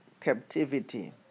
captivity